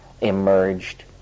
emerged